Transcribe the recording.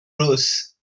rose